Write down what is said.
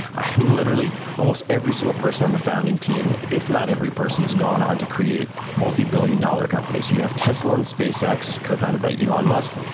i mean, literally, almost every single person on the founding team, if not every person, has gone on to create multibillion dollar companies. so you have tesla and space x co founded by elon musk.